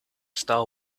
star